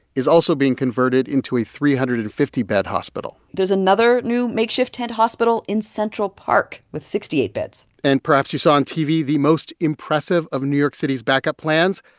is also being converted into a three hundred and fifty bed hospital there's another new makeshift tent hospital in central park with sixty eight beds and perhaps you saw on tv the most impressive of new york city's backup plans.